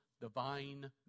divine